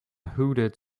hooded